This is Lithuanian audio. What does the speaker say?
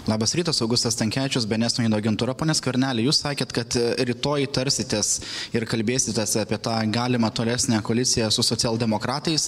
labas rytas augustas stankevičius bns naujienų agentūra pone skverneli jūs sakėt kad rytoj tarsitės ir kalbėsitės apie tą galimą tolesnę koaliciją su socialdemokratais